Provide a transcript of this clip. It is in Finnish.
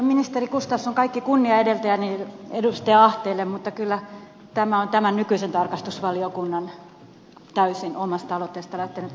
ministeri gustafsson kaikki kunnia edeltäjälleni edustaja ahteelle mutta kyllä tämä on nykyisen tarkastusvaliokunnan täysin omasta aloitteesta lähtenyt asia